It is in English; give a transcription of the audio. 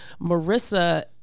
Marissa